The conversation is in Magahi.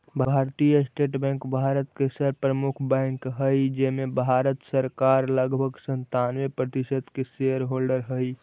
भारतीय स्टेट बैंक भारत के सर्व प्रमुख बैंक हइ जेमें भारत सरकार लगभग सन्तानबे प्रतिशत के शेयर होल्डर हइ